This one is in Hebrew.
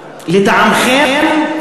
לטעמכם,